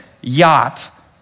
yacht